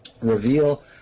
reveal